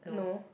no